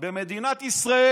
דרך אגב, תבדקו אותי, במדינת ישראל